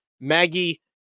Maggie